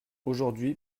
aujourd’hui